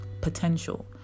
potential